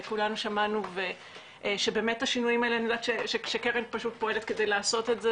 כולנו שמענו שבאמת את השינויים האלה קרן פועלת כדי לעשות אותם,